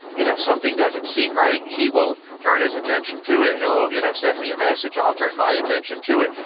you know something doesn't seem right, he will turn his attention to it. he'll you know send me a message. i'll turn my attention to it.